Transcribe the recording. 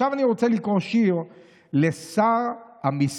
עכשיו אני רוצה לקרוא שיר לשר המיסים,